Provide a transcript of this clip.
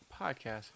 podcast